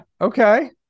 Okay